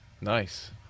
Nice